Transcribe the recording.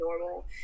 normal